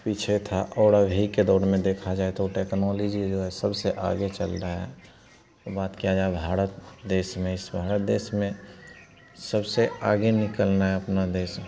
पीछे थी और अभी के दौर में देखा जाए तो टेक्नोलोजी जो है सबसे आगे चल रही है और बात किया जाए भारत देश में सो भारत देश में सबसे आगे निकलना है अपना देश